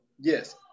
Yes